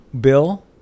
bill